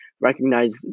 recognize